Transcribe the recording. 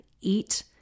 eat